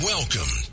Welcome